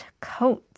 coats